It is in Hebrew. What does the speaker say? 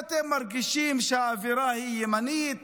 אתם מרגישים שהאווירה היא ימנית,